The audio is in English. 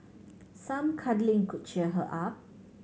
some cuddling could cheer her up